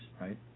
right